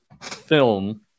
film